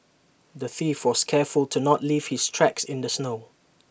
the thief was careful to not leave his tracks in the snow